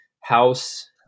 house